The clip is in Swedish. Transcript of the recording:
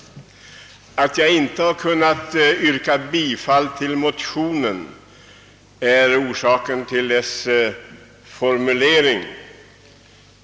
Att jag inte har kunnat yrka bifall till motionen beror på dess formulering.